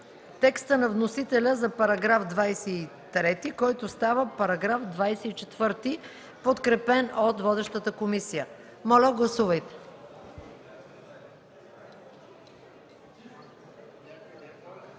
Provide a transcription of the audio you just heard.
текста на вносителя за § 23, който става § 24, подкрепен от водещата комисия. Моля, гласувайте.